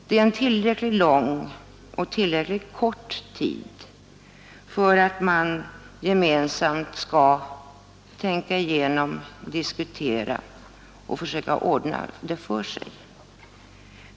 Det är en tillräckligt lång och tillräckligt kort tid för att man gemensamt skall kunna tänka igenom situationen och diskutera och ordna det för sig.